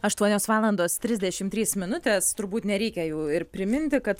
aštuonios valandos trisdešimt trys minutės turbūt nereikia jau ir priminti kad